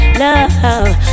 love